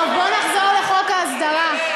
טוב, בוא נחזור לחוק ההסדרה.